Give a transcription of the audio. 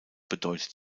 bedeutet